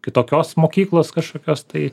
kitokios mokyklos kažkokios tai